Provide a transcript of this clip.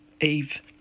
Eve